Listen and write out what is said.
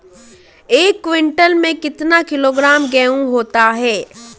एक क्विंटल में कितना किलोग्राम गेहूँ होता है?